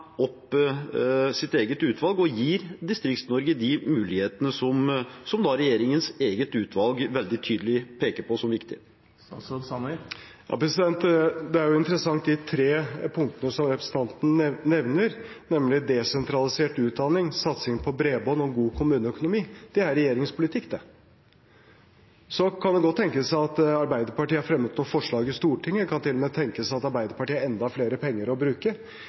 opp sitt eget utvalg og gir Distrikts-Norge de mulighetene som regjeringens eget utvalg veldig tydelig peker på som viktige? Det er jo interessant med de tre punktene som representanten nevner, nemlig desentralisert utdanning, satsing på bredbånd og god kommuneøkonomi. Det er regjeringens politikk, det. Så kan det godt tenkes at Arbeiderpartiet har fremmet noen forslag i Stortinget. Det kan til og med tenkes at Arbeiderpartiet har enda flere penger å bruke.